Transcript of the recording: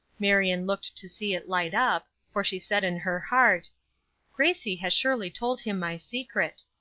marion looked to see it light up, for she said in her heart gracie has surely told him my secret.